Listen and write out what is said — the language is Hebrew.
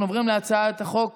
אנחנו עוברים להצבעה על הצעת החוק